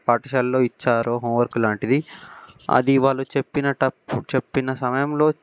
పాఠశాలలో ఇచ్చారో హోంవర్క్ లాంటిది అది వాళ్ళు చెప్పినటప్పు చెప్పిన సమయంలో